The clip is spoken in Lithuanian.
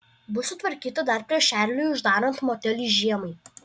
bus sutvarkyta dar prieš čarliui uždarant motelį žiemai